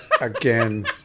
again